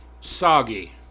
soggy